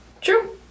True